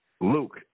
Luke